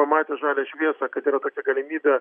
pamatę žalią šviesą kad yra tokia galimybė